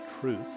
truth